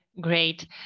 Great